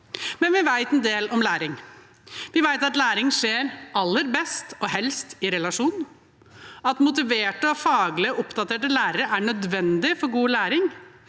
derimot en del om læring. Vi vet at læring skjer aller best og helst i relasjon, og at motiverte og faglig oppdaterte lærere er nødvendig for god læring.